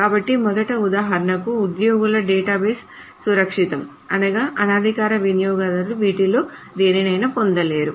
కాబట్టి మొదట ఉదాహరణకు ఉద్యోగుల డేటాబేస్ సురక్షితం అనగా అనధికార వినియోగదారులు వీటిలో దేనినైనా పొందలేరు